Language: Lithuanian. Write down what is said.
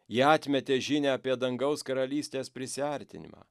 jie atmetė žinią apie dangaus karalystės prisiartinimą